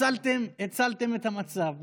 הצלתם את המצב.